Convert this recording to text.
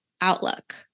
outlook